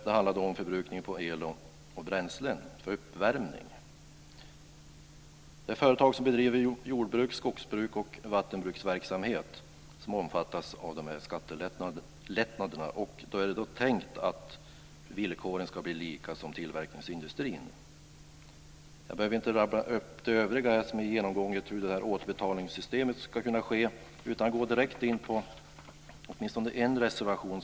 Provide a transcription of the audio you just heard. Det handlar då om förbrukningen av el och bränsle för uppvärmning. De företag som bedriver jord-, skogs och vattenbruksverksamhet omfattas av dessa skattelättnader. Det är då tänkt att villkoren ska bli desamma som för tillverkningsindustrin. Jag behöver inte rabbla upp det övriga om hur återbetalningssystemet ska vara, utan jag går direkt in på åtminstone en reservation.